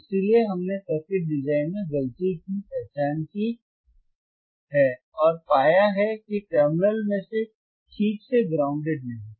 इसलिए हमने circuit design में गलती की पहचान की है और पाया है कि टर्मिनल में से एक ठीक से ग्राउंडेड नहीं था